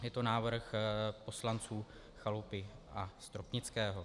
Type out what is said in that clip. Je to návrh poslanců Chalupy a Stropnického.